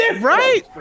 Right